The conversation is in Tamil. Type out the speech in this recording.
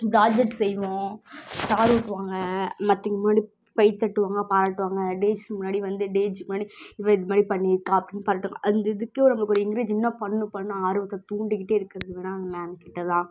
ப்ராஜெக்ட் செய்வோம் ஸ்டார் ஒட்டுவாங்கள் மத்தவிங்க முன்னாடி கை தட்டுவாங்கள் பாராட்டுவாங்கள் டேஸ் முன்னாடி வந்து டேஜி முன்னாடி இவள் இந்த மாதிரி பண்ணியிருக்கா அப்படின்னு பாராட்டுவாங்கள் அந்த இதுக்கே ஒரு நம்மளுக்கு ஒரு என்கிரேஜ் இன்னும் பண்ணணும் பண்ணணும் ஆர்வத்தை தூண்டிகிட்டே இருக்கிறதுன்னா அந்த மேம்கிட்டதான்